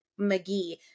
McGee